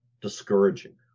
discouraging